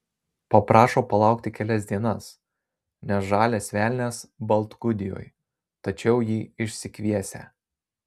paprašo palaukti kelias dienas nes žalias velnias baltgudijoj tačiau jį išsikviesią